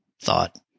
thought